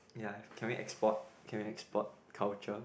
ya can we export can we export culture